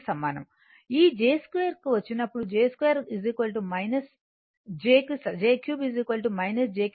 సమానంఈ j3 కు వచ్చినప్పుడు j3 j కు సమానం